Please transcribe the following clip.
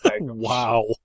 Wow